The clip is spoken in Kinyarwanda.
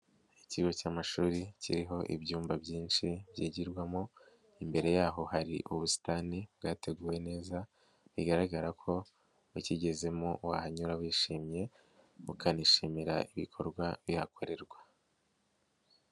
Ikigo cy'amashuri, kiriho ibyumba byinshi byigirwamo, imbere yaho hari ubusitani bwateguwe neza, bigaragara ko ukigezemo wahanyura wishimye, mukanishimira ibikorwa bihakorerwa.